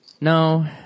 No